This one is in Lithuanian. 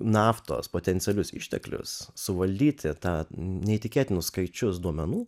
naftos potencialius išteklius suvaldyti tą neįtikėtinus skaičius duomenų